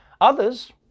Others